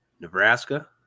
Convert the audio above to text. Nebraska